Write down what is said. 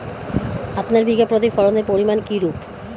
আপনার বিঘা প্রতি ফলনের পরিমান কীরূপ?